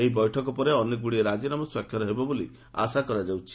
ଏହି ବୈଠକ ପରେ ଅନେକଗୁଡ଼ିଏ ରାଜିନାମା ସ୍ୱାକ୍ଷର ହେବ ବୋଲି ଆଶା କରାଯାଉଛି